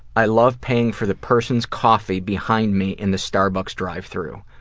i love paying for the person's coffee behind me in the starbucks drive-thru.